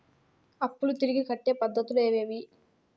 అప్పులు తిరిగి కట్టే పద్ధతులు ఏవేవి